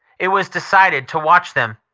it was decided to watch them,